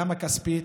גם הכספית,